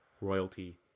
royalty